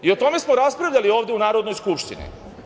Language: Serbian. O tome smo raspravljali ovde u Narodnoj skupštini.